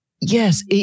Yes